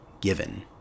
given